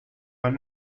mein